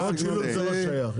אגרת שילוט זה לא שייך.